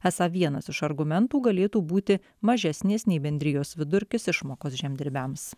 esą vienas iš argumentų galėtų būti mažesnės nei bendrijos vidurkis išmokos žemdirbiams